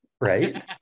right